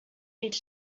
need